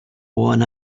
worn